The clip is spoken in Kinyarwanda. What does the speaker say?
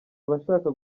abashaka